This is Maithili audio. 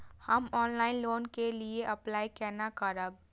हम ऑनलाइन लोन के लिए अप्लाई केना करब?